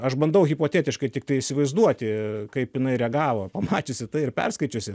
aš bandau hipotetiškai tiktai įsivaizduoti kaip jinai reagavo pamačiusi tai ir perskaičiusi